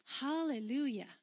Hallelujah